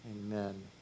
Amen